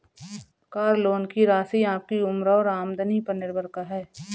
car loan की राशि आपकी उम्र और आमदनी पर निर्भर है